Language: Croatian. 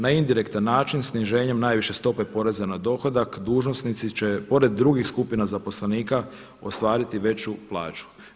Na indirektan način sniženjem najviše stope poreza na dohodak dužnosnici će pored drugih skupina zaposlenika ostvariti veću plaću.